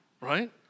Right